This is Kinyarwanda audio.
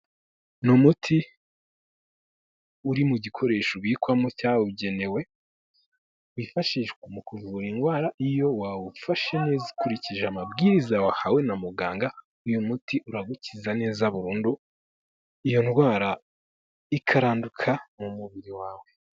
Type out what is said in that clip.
Ni umuti uri mu gikoresho ubikwamo cyabugenewe wifashishwa mu kuvura indwara iyo wawufashe neza ukurikije amabwiriza wahawe na muganga, uyu muti uragukiza neza burundu iyo ndwara ikaranduka mu mubiri wawe.